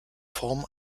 form